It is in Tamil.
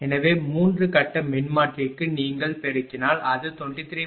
எனவே 3 கட்ட மின்மாற்றிக்கு நீங்கள் பெருக்கினால் அது 23